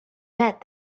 met